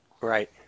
Right